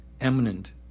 eminent